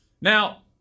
Now